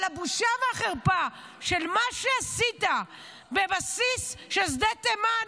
אבל הבושה והחרפה של מה שעשית בבסיס של שדה תימן,